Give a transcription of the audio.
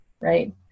right